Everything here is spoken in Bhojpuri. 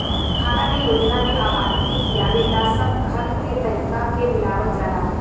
खाना के योजना में आबादी के खियावे ला सब खल के तरीका के मिलावल जाला